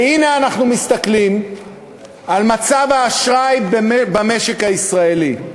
והנה, אנחנו מסתכלים על מצב האשראי במשק הישראלי,